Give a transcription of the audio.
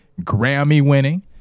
Grammy-winning